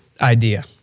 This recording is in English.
idea